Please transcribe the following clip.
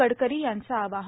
गडकरी यांचं आवाहन